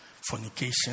fornication